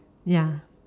ya